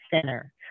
Center